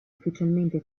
ufficialmente